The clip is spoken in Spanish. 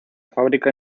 fábrica